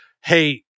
hey